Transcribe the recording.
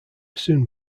soon